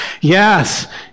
Yes